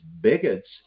bigots